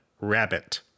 rabbit